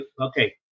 Okay